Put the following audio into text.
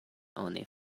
oni